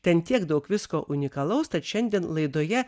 ten tiek daug visko unikalaus tad šiandien laidoje